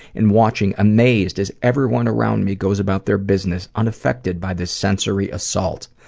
and watching amazed as everyone around me goes about their business unaffected by this sensory assault.